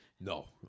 No